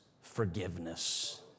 forgiveness